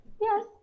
Yes